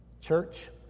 Church